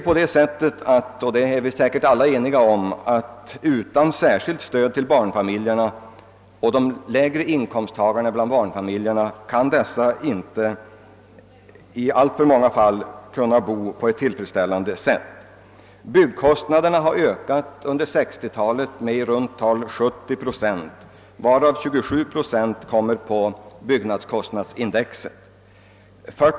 Vi är säkert alla eniga om att utan särskilt stöd till barnfamiljerna, särskilt de lägre inkomsttagarna bland dessa, kan många av dem inte få en tillfredsställande bostadsstandard. Byggkostnaderna har enligt interpellationssvaret till herr Gustavsson under 1960-talet ökat med i runt tal 70 procent, varav 27 procent kommer på byggnadskostnadsindex.